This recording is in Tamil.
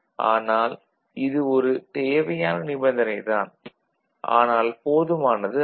ஆனால் இது ஒரு தேவையான நிபந்தனை தான் ஆனால் போதுமானது அல்ல